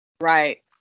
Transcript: Right